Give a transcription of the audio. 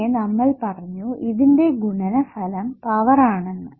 പിന്നെ നമ്മൾ പറഞ്ഞു ഇതിന്റെ ഗുണനഫലം പവർ ആണെന്ന്